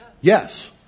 Yes